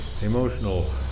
emotional